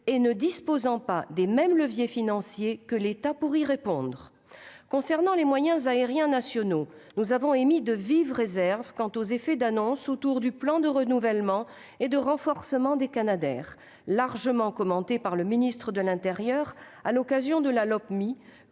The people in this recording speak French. et ne disposant pas des mêmes leviers financiers que l'État pour y répondre. Absolument ! Concernant les moyens aériens nationaux, nous avons émis de vives réserves quant aux effets d'annonce autour du plan de renouvellement et de renforcement des canadairs, largement commenté par le ministre de l'intérieur à l'occasion de l'examen